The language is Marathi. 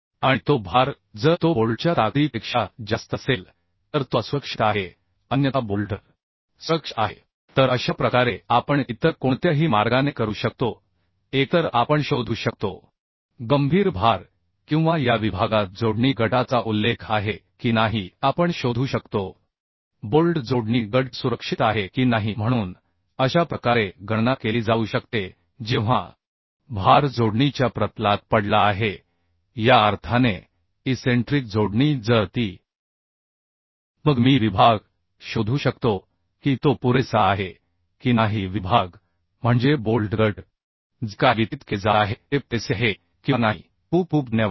आणि तो भार जर तो बोल्टच्या ताकदीपेक्षा जास्त असेल तर तो असुरक्षित आहे अन्यथा बोल्ट सुरक्षित आहे तर अशा प्रकारे आपण इतर कोणत्याही मार्गाने करू शकतो एकतर आपण शोधू शकतो गंभीर भार किंवा या विभागात जोडणी गटाचा उल्लेख आहे की नाही हे आपण शोधू शकतो बोल्ट जोडणी गट सुरक्षित आहे की नाही म्हणून अशा प्रकारे गणना केली जाऊ शकते जेव्हा भार जोडणीच्या प्रतलात पडला आहे या अर्थाने इसेंट्रिक जोडणी जर ती मग मी विभाग शोधू शकतो की तो पुरेसा आहे की नाही विभाग म्हणजे बोल्ट गट जे काही वितरित केले जात आहे ते पुरेसे आहे किंवा नाही खूप खूप धन्यवाद